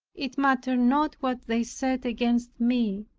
it mattered not what they said against me,